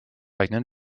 eigenen